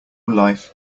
life